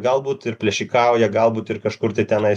galbūt ir plėšikauja galbūt ir kažkur tai tenais